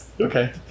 Okay